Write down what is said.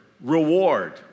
reward